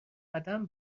قدم